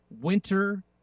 winter